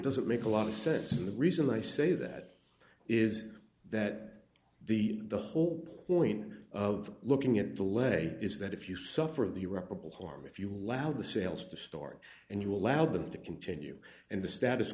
doesn't make a lot of sense and the reason i say that is that the the whole point of looking at the lay is that if you suffer the irreparable harm if you allow the sales to start and you allow them to continue and the status